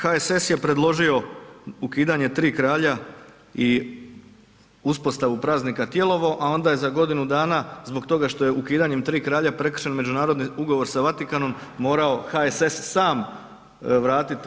HSS je preložio ukidanje Tri kralja i uspostavu pravnika Tijelovo, a onda je za godinu zbog toga što je ukidanjem Tri kralja prekršen međunarodni ugovor sa Vatikanom morao HSS sam vratiti.